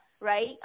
right